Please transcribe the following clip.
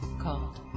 called